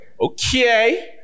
okay